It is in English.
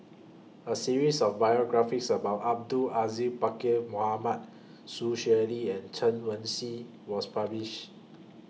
A series of biographies about Abdul Aziz Pakkeer Mohamed Sun Xueling and Chen Wen Hsi was published